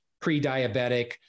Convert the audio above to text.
pre-diabetic